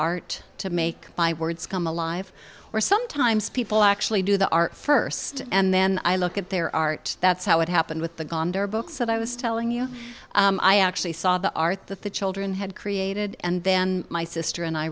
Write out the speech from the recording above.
art to make my words come alive or sometimes people actually do the art first and then i look at their art that's how it happened with the gander books and i was telling you i actually saw the art that the children had created and then my sister and i